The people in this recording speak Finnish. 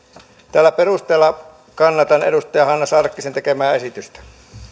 tällä perusteella kannatan edustaja hanna sarkkisen tekemää esitystä